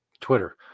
Twitter